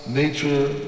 nature